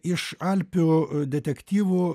iš alpių detektyvų